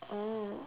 oh